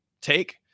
take